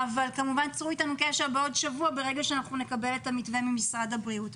צרו אתנו קשר בעוד שבוע כשנקבל את המתווה ממשרד הבריאות.